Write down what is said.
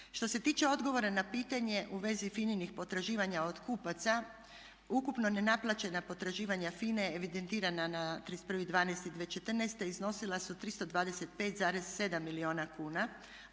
Što se tiče odgovora na pitanje u vezi FINA-nih potraživanja od kupaca ukupna nenaplaćena potraživanja FINA-e evidentirana na 31.12.2014. iznosila su 325,7 milijuna kuna,